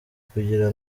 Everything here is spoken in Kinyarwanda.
kugira